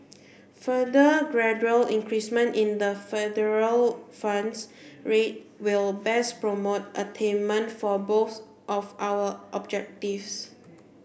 further gradual increasement in the federal funds rate will best promote attainment for both of our objectives